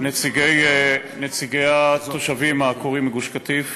נציגי התושבים העקורים מגוש-קטיף,